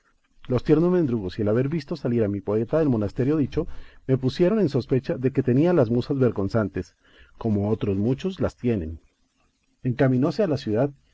los tiernos mendrugos y el haber visto salir a mi poeta del monasterio dicho me pusieron en sospecha de que tenía las musas vergonzantes como otros muchos las tienen encaminóse a la ciudad